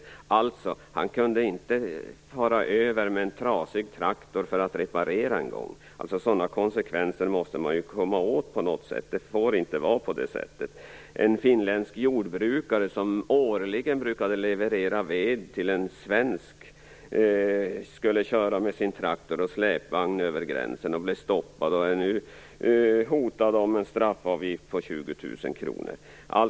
Han kunde alltså inte fara över med trasig traktor för att reparera den en gång! Sådana konsekvenser måste man på något sätt komma åt. Det får inte vara på det sättet. En finländsk jordbrukare, som årligen brukade leverera ved till en svensk, skulle köra med sin traktor och släpvagn över gränsen. Han blev stoppad, och han hotas nu av en straffavgift på 20 000 kr.